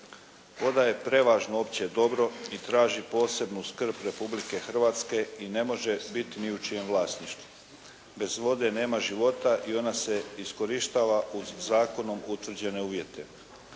Voda je prevažno opće dobro i traži posebnu skrb Republike Hrvatske i ne može biti ni u čijem vlasništvu. Bez vode nema života i ona se iskorištava uz zakonom utvrđene uvjete.